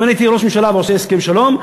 אם אני הייתי ראש ממשלה והייתי עושה הסכם שלום,